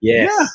Yes